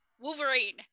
Wolverine